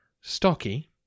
stocky